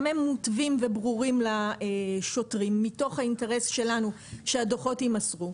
הם מותווים וברורים לשוטרים מתוך האינטרס שלנו שהדוחות יימסרו.